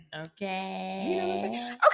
Okay